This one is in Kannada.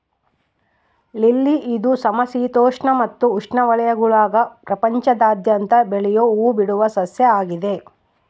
ಲಿಲ್ಲಿ ಇದು ಸಮಶೀತೋಷ್ಣ ಮತ್ತು ಉಷ್ಣವಲಯಗುಳಾಗ ಪ್ರಪಂಚಾದ್ಯಂತ ಬೆಳಿಯೋ ಹೂಬಿಡುವ ಸಸ್ಯ ಆಗಿದೆ